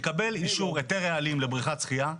אני אתן לך דוגמה: לקבל אישור היתר רעלים לבריכת שחייה,